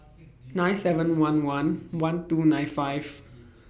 nine seven one one one two nine five